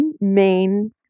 main